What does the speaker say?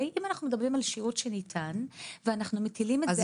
אם אנחנו מדברים על שירות שניתן ואנחנו מטילים את זה